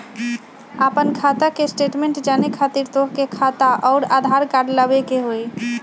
आपन खाता के स्टेटमेंट जाने खातिर तोहके खाता अऊर आधार कार्ड लबे के होइ?